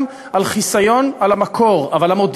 מי